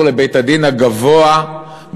על גיורים לבית-הדין הגבוה בירושלים.